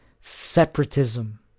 separatism